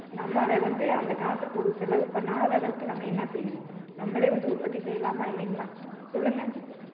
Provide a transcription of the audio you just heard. நம்ம அதை வந்து அந்தக் காசைக் கூட செலவு பண்ணாத அளவுக்கு நம்ம என்ன செய்யணும் நம்மளே வந்து உற்பத்தி செய்யலாமா இல்லைங்களா சொல்லுங்கள்